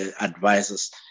advisors